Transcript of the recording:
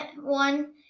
one